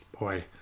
Boy